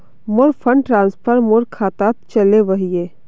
मोर fund transfer मोर खातात चले वहिये